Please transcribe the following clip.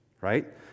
right